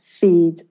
feed